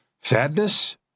Sadness